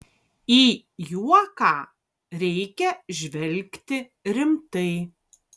į juoką reikia žvelgti rimtai